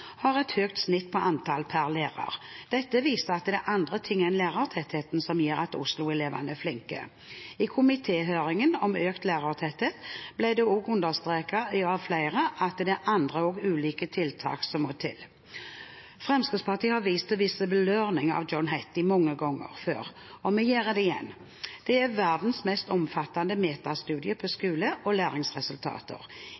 har et høyt snitt på antall elever per lærer. Dette viser at det er andre ting enn lærertetthet som gjør at Oslo-elevene er flinke. I komiteens høring om økt lærertetthet ble det understreket av flere at det er andre og ulike tiltak som må til. Fremskrittspartiet har vist til Visible Learning av John Hattie mange ganger før, og vi gjør det igjen. Det er verdens mest omfattende metastudie på